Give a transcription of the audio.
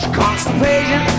constipation